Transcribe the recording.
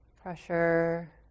Pressure